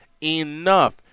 enough